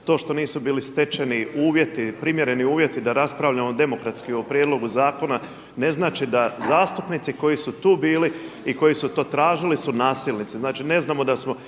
to što nisu stečeni uvjeti primjereni uvjeti da raspravljamo demokratski o prijedlogu zakona ne znači da zastupnici koji su tu bili i koji su to tražili su nasilnici. Znači ne znamo da smo,